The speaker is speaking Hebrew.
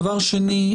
דבר שני,